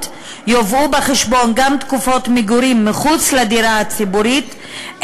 יובאו בחשבון גם תקופות מגורים מחוץ לדירה הציבורית,